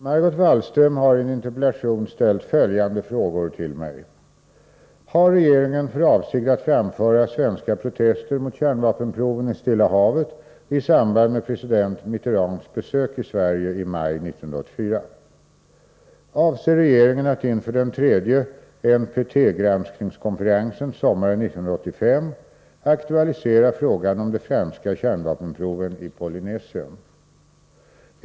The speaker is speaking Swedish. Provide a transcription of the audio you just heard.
Herr talman! Margot Wallström har i en interpellation ställt följande frågor till mig: — Har regeringen för avsikt att framföra svenska protester mot kärnvapenproven i Stilla havet i samband med president Mitterrands besök i Sverige i maj 1984? — Avser regeringen att inför den tredje NPT-granskningskonferensen sommaren 1985 aktualisera frågan om de franska kärnvapenproven i Polynesien?